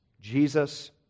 Jesus